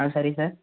ஆ சரி சார்